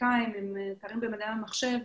מתמטיקאים עם תארים במדעי המחשב,